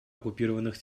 оккупированных